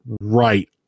right